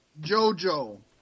jojo